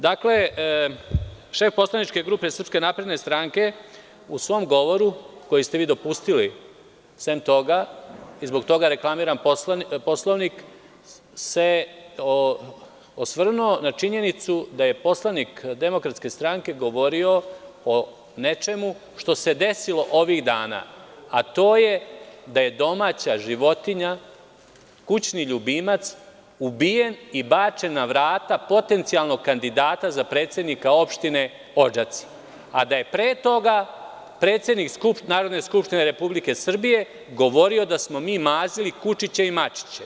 Dakle, šef poslaničke grupe SNS u svom govoru, koji ste vi dopustili i zbog toga reklamiram Poslovnik, se osvrnuo na činjenicu da je poslanik DS govorio o nečemu što se desilo ovih dana, a to je da je domaća životinja, kućni ljubimac ubijen i bačen na vrata potencijalnog kandidata za predsednika opštine Odžaci, a da je pre toga predsednik Narodne skupštine Republike Srbije govorio da smo mi mazili kučiće i mačiće.